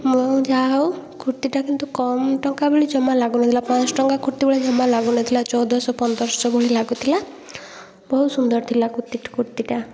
ମୁଁ ଯାହା ହେଉ କୁର୍ତ୍ତୀଟା କିନ୍ତୁ କମ୍ ଟଙ୍କା ଭଳି ଜମା ଲାଗୁନଥିଲା ପାଞ୍ଚଶହଟଙ୍କା କୁର୍ତ୍ତୀ ଭଳି ଜମା ଲାଗୁନଥିଲା ଚଉଦଶହ ପନ୍ଦରଶହ ଭଳି ଲାଗୁଥିଲା ବହୁତ ସୁନ୍ଦର ଥିଲା କୁର୍ତ୍ତୀ କୁର୍ତ୍ତୀଟା